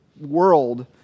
world